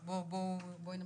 אז בואי נמשיך,